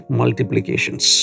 multiplications